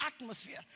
atmosphere